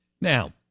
Now